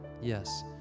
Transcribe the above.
yes